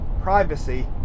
privacy